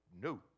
no